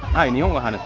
i know um how